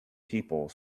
people